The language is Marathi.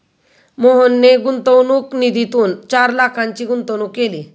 मोहनने गुंतवणूक निधीतून चार लाखांची गुंतवणूक केली